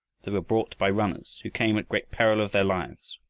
they were brought by runners who came at great peril of their lives,